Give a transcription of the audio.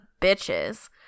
Bitches